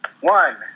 one